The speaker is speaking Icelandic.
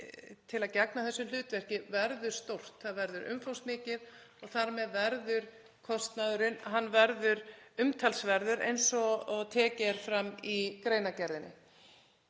til að gegna þessu hlutverki verður stórt, það verður umfangsmikið og þar með verður kostnaðurinn umtalsverður, eins og tekið er fram í greinargerðinni.